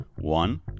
One